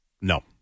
No